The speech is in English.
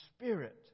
spirit